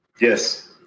Yes